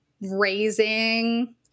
raising